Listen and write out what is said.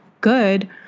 good